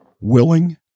willing